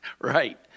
right